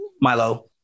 Milo